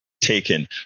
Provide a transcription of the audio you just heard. taken